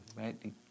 right